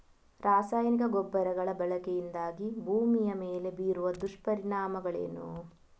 ರಾಸಾಯನಿಕ ಗೊಬ್ಬರಗಳ ಬಳಕೆಯಿಂದಾಗಿ ಭೂಮಿಯ ಮೇಲೆ ಬೀರುವ ದುಷ್ಪರಿಣಾಮಗಳೇನು?